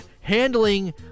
handling